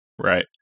Right